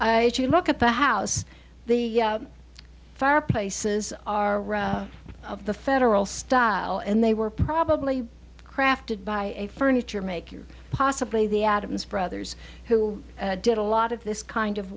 you look at the house the fireplaces are of the federal style and they were probably crafted by a furniture maker possibly the adams brothers who did a lot of this kind of